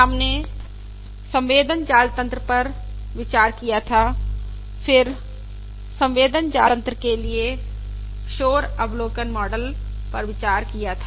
हमने संवेदन जाल तन्त्र पर विचार किया था और फिर संवेदन जाल तन्त्र के लिए शोर अवलोकन मॉडल पर विचार किया था